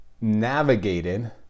navigated